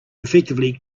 effectively